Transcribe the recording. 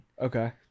Okay